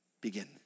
Begin